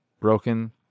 broken